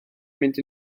mynd